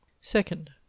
second